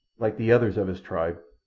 like the others of his tribe,